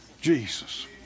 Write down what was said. Jesus